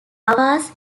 avars